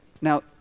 Now